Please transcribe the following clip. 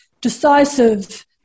decisive